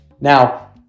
Now